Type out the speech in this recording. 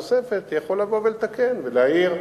ולפעמים חבר הכנסת בשאלה הנוספת יכול לבוא ולתקן ולהעיר,